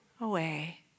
away